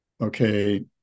okay